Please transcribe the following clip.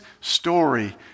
story